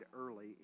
early